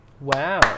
Wow